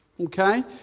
Okay